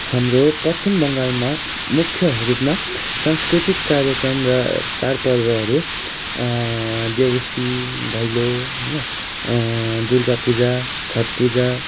हाम्रो पश्चिम बङ्गालमा मुख्य रूपमा सांस्कृतिक कार्यक्रम र चाढ पर्वहरू देउसी भैलो होइन दुर्गा पूजा छठ पूजा